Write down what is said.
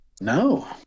No